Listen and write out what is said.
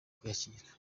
kwiyakira